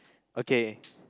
okay